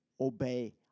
obey